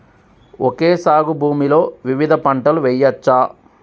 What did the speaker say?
Okay సాగు భూమిలో వివిధ పంటలు వెయ్యచ్చా?